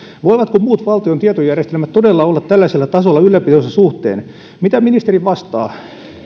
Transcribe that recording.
voivatko muut valtion tietojärjestelmät todella olla tällaisella tasolla ylläpitonsa suhteen mitä ministeri vastaa